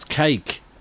cake